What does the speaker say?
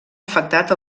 afectat